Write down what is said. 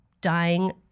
dying